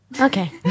Okay